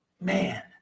man